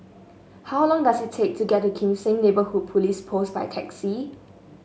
how long does it take to get to Kim Seng Neighbourhood Police Post by taxi